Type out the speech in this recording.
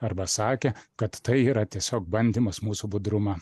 arba sakė kad tai yra tiesiog bandymas mūsų budrumą